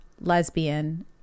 lesbian